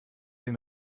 den